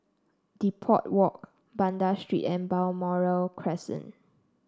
Depot Walk Banda Street and Balmoral Crescent